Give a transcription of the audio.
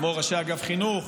כמו ראשי אגף חינוך,